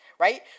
right